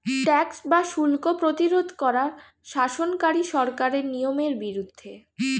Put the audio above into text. tax বা শুল্ক প্রতিরোধ করা শাসনকারী সরকারের নিয়মের বিরুদ্ধে